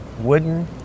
wooden